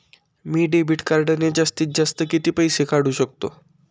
मी debit कार्डने जास्तीत जास्त किती पैसे काढू शकतो?